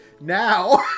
now